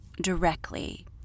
directly